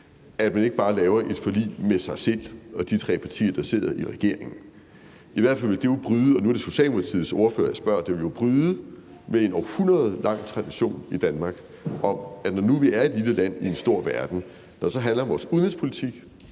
at man ikke bare laver et forlig med sig selv og de tre partier, der sidder i regeringen, er jeg glad for. Nu er det Socialdemokratiets ordfører, jeg spørger, og det vil i hvert fald bryde med en århundred lang tradition i Danmark om, at når vi nu er et lille land i en stor verden, og når det så handler om vores udenrigspolitik,